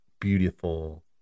beautiful